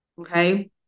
okay